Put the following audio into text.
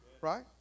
right